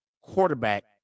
quarterback